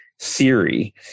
theory